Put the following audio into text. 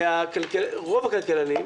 רוב הכלכלנים,